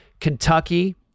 Kentucky